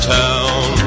town